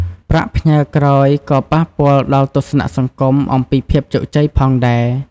ប្រាក់ផ្ញើក្រោយក៏ប៉ះពាល់ដល់ទស្សនៈសង្គមអំពីភាពជោគជ័យផងដែរ។